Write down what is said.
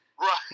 Right